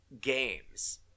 games